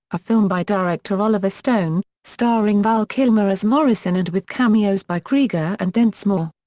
a film by director oliver stone, starring val kilmer as morrison and with cameos by krieger and densmore.